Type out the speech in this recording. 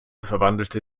verwandelte